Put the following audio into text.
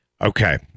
okay